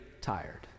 tired